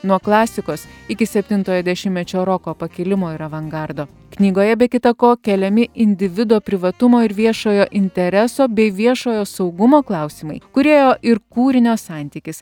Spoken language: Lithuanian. nuo klasikos iki septintojo dešimtmečio roko pakilimo ir avangardo knygoje be kita ko keliami individo privatumo ir viešojo intereso bei viešojo saugumo klausimai kūrėjo ir kūrinio santykis